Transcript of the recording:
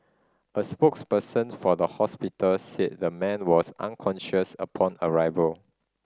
a spokesperson for the hospital said the man was unconscious upon arrival